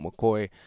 McCoy